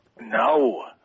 No